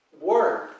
word